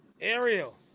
Ariel